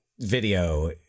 video